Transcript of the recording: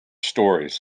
stories